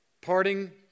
parting